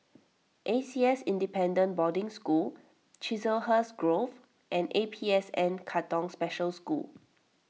A C S Independent Boarding School Chiselhurst Grove and A P S N Katong Special School